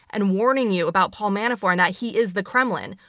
and warning you about paul manafort that he is the kremlin,